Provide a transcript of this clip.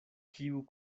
kiu